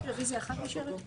רק רוויזיה אחת נשארת פתוחה?